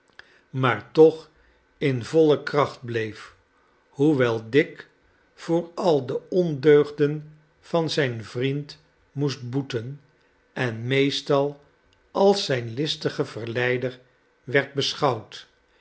maar toch in voile kracht bleef hoewel dick voor al de ondeugden van zijn vriend moest boeten en meestal als zijn listige verleider werd beschouwd